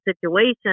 situation